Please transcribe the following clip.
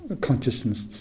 consciousness